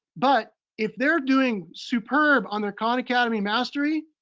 but if they're doing superb on their khan academy mastery,